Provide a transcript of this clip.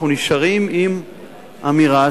אנחנו נשארים עם אמירה,